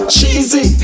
Cheesy